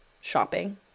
shopping